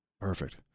Perfect